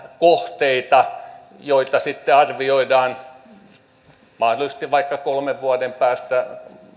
kohteita joita sitten arvioidaan mahdollisesti vaikka kolmen vuoden päästä